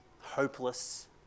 hopeless